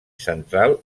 central